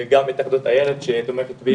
וגם התאחדות איילת שתומכת בי.